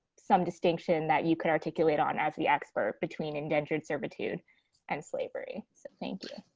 some distinction that you can articulate on as the expert between indentured servitude and slavery. so thank you.